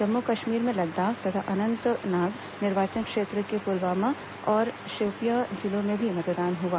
जम्मू कश्मीर में लद्दाख तथा अंनतनाग निर्वाचन क्षेत्र के पुलवामा और शोपियां जिलों में भी मतदान हुआ